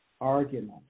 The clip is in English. argument